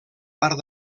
part